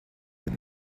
been